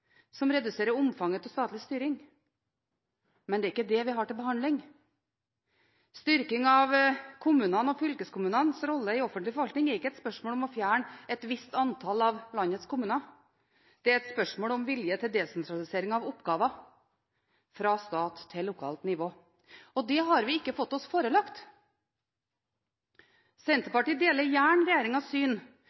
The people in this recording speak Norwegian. som reduserer omfanget av statlig styring. Men det er ikke det vi har til behandling. Styrking av kommunenes og fylkeskommunenes rolle i offentlig forvaltning er ikke et spørsmål om å fjerne et visst antall av landets kommuner. Det er et spørsmål om vilje til desentralisering av oppgaver fra stat til lokalt nivå. Det har vi ikke fått oss forelagt. Senterpartiet deler gjerne regjeringens syn